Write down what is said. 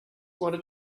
wanted